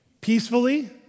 peacefully